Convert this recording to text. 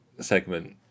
segment